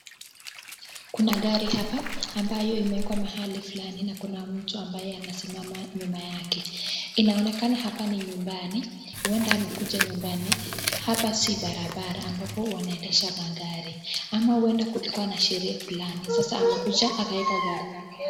Kuna gari hapa ambayo imewekwa mahali fulani na kuna mtu ambaye anasimama nyuma yake. Inaonekana hapa ni nyumbani. Huenda amekuja nyumbani hapa si barabara ambapo wanaendesha magari, ama huenda kulikuwa na sherehe fulani. Sasa amekuja akaweka gari yake.